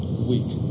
Week